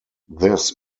this